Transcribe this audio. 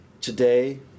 today